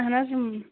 اَہَن حظ